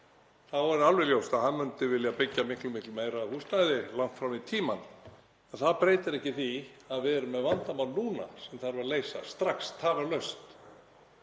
þá er alveg ljóst að hann myndi vilja byggja miklu meira húsnæði langt fram í tímann. En það breytir ekki því að við erum með vandamál núna sem þarf að leysa strax, tafarlaust.